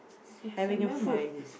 having a fruit